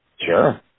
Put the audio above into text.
Sure